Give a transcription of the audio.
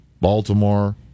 Baltimore